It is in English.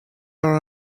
are